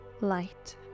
light